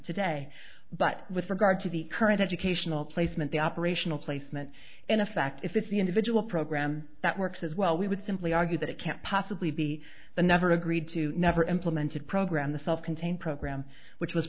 today but with regard to the current educational placement the operational placement in effect if it's the individual program that works as well we would simply argue that it can't possibly be the never agreed to never implemented program the self contained program which was